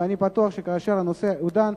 ואני בטוח שכאשר הנושא יידון,